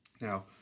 Now